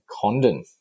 Condon